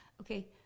okay